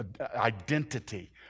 identity